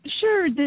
Sure